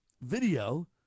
video